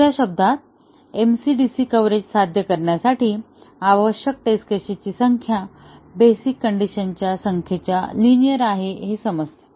दुसऱ्या शब्दांत MCDC coverage साध्य करण्यासाठी आवश्यक टेस्ट केसेसची संख्या बेसिक कंडिशनच्या संख्येच्या लिनिअर आहे हे समजते